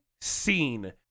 scene